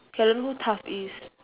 I don't know who toph is